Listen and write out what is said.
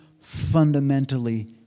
fundamentally